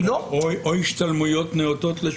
או השתלמויות נאותות לשופטים.